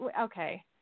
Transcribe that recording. okay